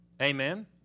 Amen